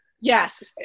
Yes